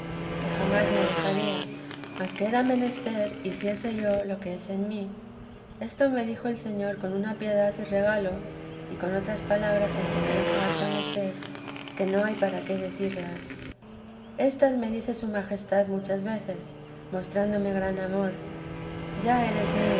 que jamás me dejaría mas que era menester hiciese yo lo que es en mí esto me dijo el señor con una piedad y regalo y con otras palabras en que me hizo harta merced que no hay para qué decirlas estas me dice su majestad muchas veces mostrándome gran amor va eres mío